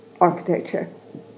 architecture